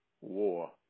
war